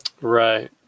Right